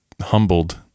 humbled